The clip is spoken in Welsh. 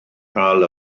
cael